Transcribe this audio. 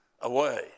away